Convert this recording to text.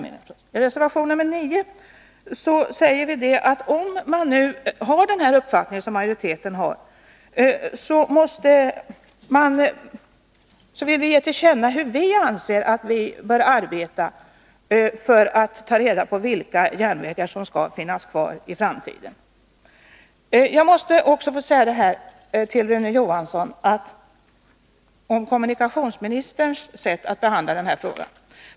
I reservation 5 säger vi att vi, även om majoriteten har sin uppfattning, vill ge till känna hur vi anser att man bör arbeta för att ta reda på vilka järnvägar som skall finnas kvar i framtiden. Sedan ytterligare några ord till Rune Johansson beträffande kommunikationsministerns sätt att behandla denna fråga.